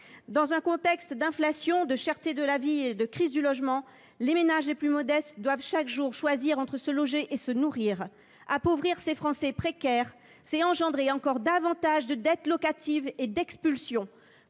Dans un contexte d’inflation, de cherté de la vie et de crise du logement, les ménages les plus modestes doivent chaque jour choisir entre se loger et se nourrir. Appauvrir ces Français précaires, c’est créer encore plus de dettes locatives et d’expulsions.